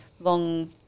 long